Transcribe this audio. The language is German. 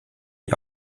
die